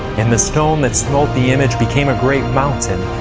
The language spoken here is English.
and the stone that smote the image became a great mountain,